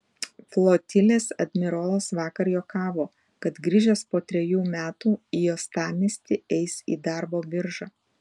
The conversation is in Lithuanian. flotilės admirolas vakar juokavo kad grįžęs po trejų metų į uostamiestį eis į darbo biržą